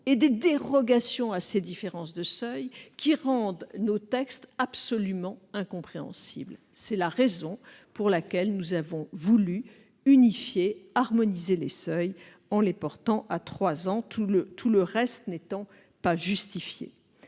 et des dérogations à ces différences qui rendent nos textes absolument incompréhensibles. C'est la raison pour laquelle nous avons voulu harmoniser les seuils à trois ans ; tout le reste n'est pas justifié.